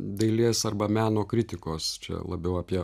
dailės arba meno kritikos čia labiau apie